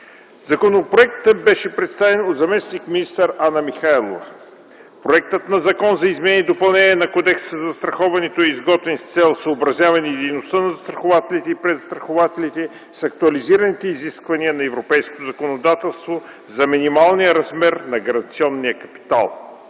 Законопроектът беше представен от заместник-министър Ана Михайлова. Проектът на Закон за изменение и допълнение на Кодекса за застраховането е изготвен с цел съобразяване дейността на застрахователите и презастрахователите с актуализираните изисквания на европейското законодателство за минималния размер на гаранционния капитал.